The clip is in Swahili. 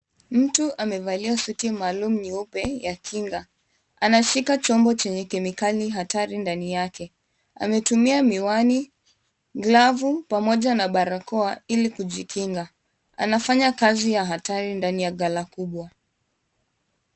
Mtu amevalia suti maalum nyeupe ya kinga. Anashika chombo chenye kemikali hatari ndani yake. Ametumia miwani, glavu pamoja na barakoa ili kujikinga. Anafanya kazi ya hatari ndani ya ghala kubwa.